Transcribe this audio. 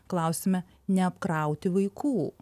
klausime neapkrauti vaikų